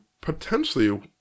potentially